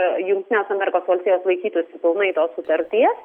jungtines amerikos valstijos laikytųsi pilnai tos sutarties